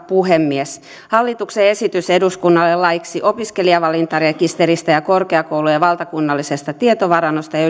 puhemies hallituksen esitys eduskunnalle laeiksi opiskelijavalintarekisteristä ja korkeakoulujen valtakunnallisesta tietovarannosta ja